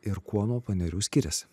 ir kuo nuo panerių skiriasi